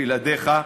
בלעדיך.